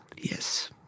yes